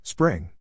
Spring